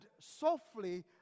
softly